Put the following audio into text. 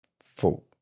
Four